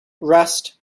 rust